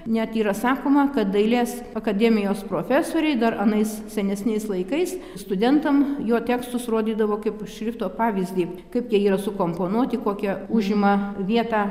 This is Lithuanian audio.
net yra sakoma kad dailės akademijos profesoriai dar anais senesniais laikais studentam jo tekstus rodydavo kaip šrifto pavyzdį kaip jie yra sukomponuoti kokią užima vietą